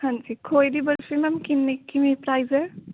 ਹਾਂਜੀ ਖੋਏ ਦੀ ਬਰਫ਼ੀ ਮੈਮ ਕਿੰਨੇ ਕਿਵੇਂ ਪ੍ਰਾਈਜ਼ ਹੈ